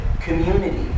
community